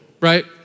right